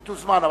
תוזמן.